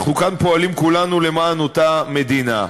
אנחנו כאן פועלים כולנו למען אותה מדינה.